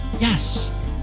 Yes